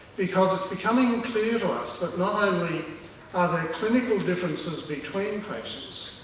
because it's becoming clear to us that not only are they clinical differences between patients,